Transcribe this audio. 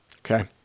Okay